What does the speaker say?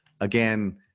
again